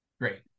great